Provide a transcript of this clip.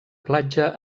platja